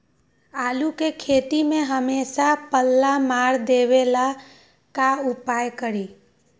आलू के खेती में हमेसा पल्ला मार देवे ला का उपाय करी?